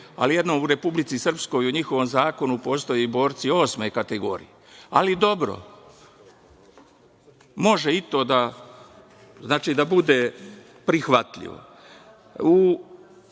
ali u jednom u Republici Srpskoj, u njihovom zakonu, postoje i borci osme kategorije. Ali, dobro, može i to da bude prihvatljivo. Želeo